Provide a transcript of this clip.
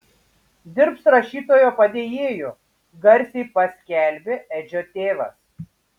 dirbs rašytojo padėjėju garsiai paskelbė edžio tėvas